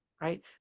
right